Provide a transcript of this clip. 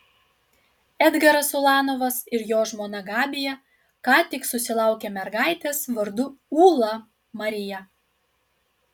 edgaras ulanovas ir jo žmona gabija ką tik susilaukė mergaitės vardu ūla marija